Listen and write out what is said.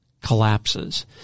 collapses